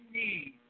need